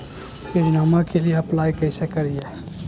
योजनामा के लिए अप्लाई कैसे करिए?